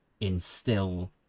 instill